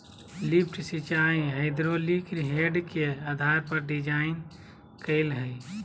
lift सिंचाई hydraulic head के आधार पर डिजाइन कइल हइ